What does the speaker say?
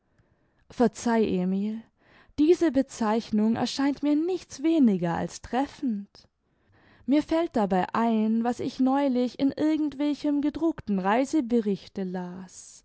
verzeih emil diese bezeichnung erscheint mir nichts weniger als treffend mir fällt dabei ein was ich neulich in irgend welchem gedruckten reiseberichte las